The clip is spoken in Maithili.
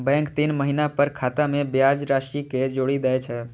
बैंक तीन महीना पर खाता मे ब्याज राशि कें जोड़ि दै छै